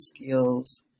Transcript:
skills